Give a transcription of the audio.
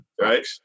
right